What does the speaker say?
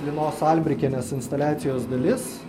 linos albrikienės instaliacijos dalis